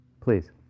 Please